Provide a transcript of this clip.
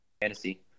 Fantasy